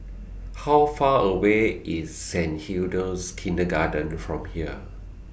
How Far away IS Saint Hilda's Kindergarten from here